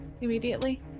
immediately